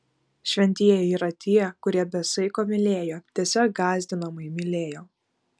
šventieji yra tie kurie be saiko mylėjo tiesiog gąsdinamai mylėjo